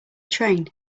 train